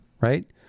Right